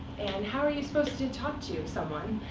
and how are you supposed to talk to someone?